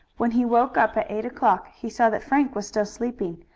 when he woke up at eight o'clock he saw that frank was still sleeping,